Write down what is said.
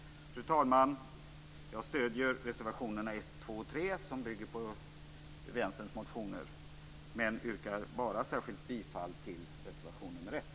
Fru talman! Jag stöder reservationerna 1, 2 och 3, som bygger på Vänsterns motioner, men yrkar bifall bara till reservation nr 1.